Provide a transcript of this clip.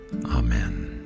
Amen